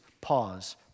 pause